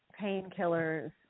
painkillers